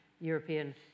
European